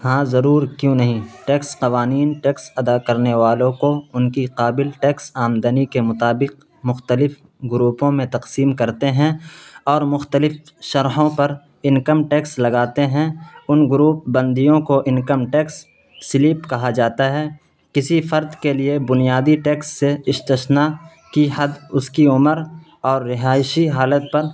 ہاں ضرور کیوں نہیں ٹیکس قوانین ٹیکس ادا کرنے والوں کو ان کی قابل ٹیکس آمدنی کے مطابق مختلف گروپوں میں تقسیم کرتے ہیں اور مختلف شرحوں پر انکم ٹیکس لگاتے ہیں ان گروپ بندیوں کو انکم ٹیکس سلپ کہا جاتا ہے کسی فرد کے لیے بنیادی ٹیکس سے استثنی کی حد اس کی عمر اور رہائشی حالت پر